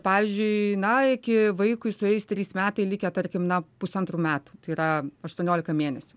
pavyzdžiui na iki vaikui sueis trys metai likę tarkim na pusantrų metų tai yra aštuoniolika mėnesių